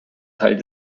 teilen